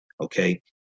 okay